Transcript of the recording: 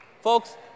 Folks